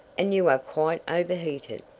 and you are quite overheated.